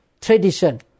tradition